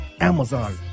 Amazon